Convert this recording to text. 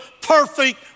perfect